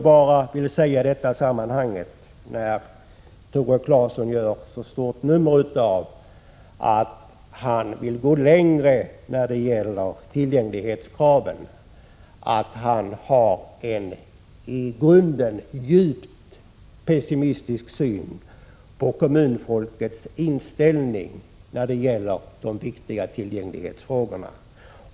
Jag vill i det sammanhanget säga, när Tore Claeson gör så stort nummer av att han vill gå längre när det gäller tillgänglighetskraven, att han har en i grunden djupt pessimistisk syn på kommunfolkets inställning till de viktiga tillgänglighetsfrågorna.